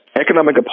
economic